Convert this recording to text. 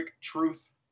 Truth